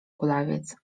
kulawiec